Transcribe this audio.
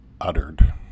uttered